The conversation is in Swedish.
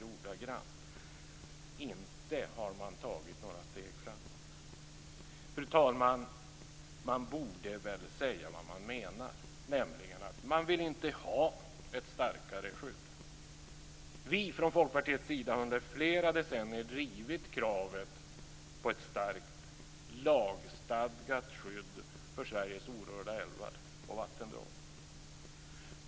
Det är ordagrant detsamma. Man har inte tagit några steg framåt. Fru talman! Man borde väl säga vad man menar, nämligen att man inte vill ha ett starkare skydd. Vi från Folkpartiets sida har under flera decennier drivit kravet på ett starkt lagstadgat skydd för Sveriges orörda älvar och vattendrag.